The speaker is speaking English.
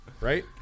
right